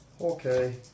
Okay